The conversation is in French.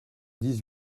dix